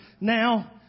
now